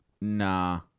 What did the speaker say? Nah